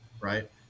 right